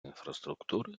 інфраструктури